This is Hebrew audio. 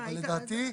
אבל לדעתי,